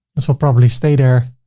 this will probably stay there.